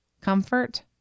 comfort